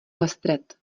lestred